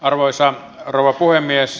arvoisa rouva puhemies